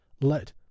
let